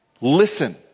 Listen